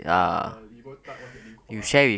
err you go type what's that name called ah